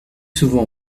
souvent